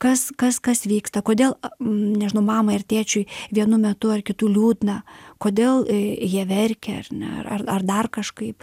kas kas kas vyksta kodėl nežinau mamai ar tėčiui vienu metu ar kitu liūdna kodėl jie verkia ar ne ar ar dar kažkaip